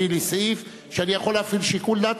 הביא לי סעיף שאני יכול להפעיל שיקול דעת